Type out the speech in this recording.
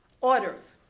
orders